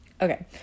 Okay